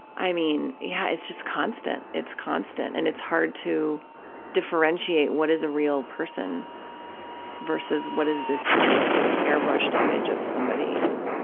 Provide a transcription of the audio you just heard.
i mean, yeah, it's just constant, it's constant, and it's hard to differentiate what is a real person versus what is the airbrushed image of somebody and,